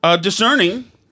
discerning